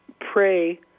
pray